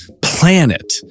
planet